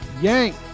Yank